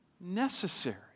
necessary